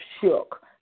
shook